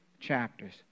chapters